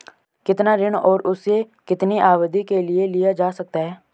कितना ऋण और उसे कितनी अवधि के लिए लिया जा सकता है?